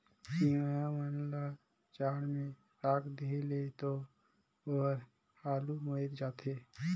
चिंया मन ल जाड़ में राख देहे ले तो ओहर हालु मइर जाथे